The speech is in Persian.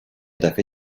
دفعه